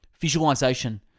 Visualization